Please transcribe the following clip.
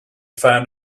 find